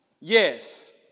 Yes